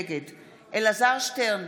נגד אלעזר שטרן,